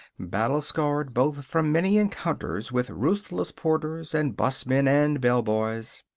battle-scarred, both, from many encounters with ruthless porters and busmen and bellboys.